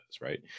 right